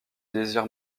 désir